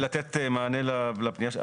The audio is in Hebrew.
רק לתת מענה לפנייה.